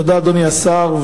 תודה, אדוני השר.